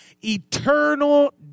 eternal